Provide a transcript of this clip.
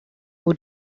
who